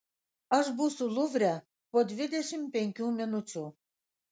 aš būsiu luvre po dvidešimt penkių minučių